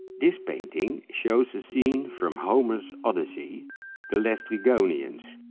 this painting shows a scene from homer's odyssey the laestrygonians,